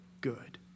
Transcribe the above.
good